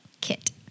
kit